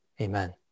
Amen